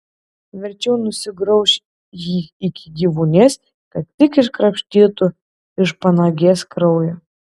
verčiau nusigrauš jį iki gyvuonies kad tik iškrapštytų iš panagės kraują